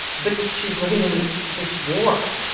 but she's living in this war,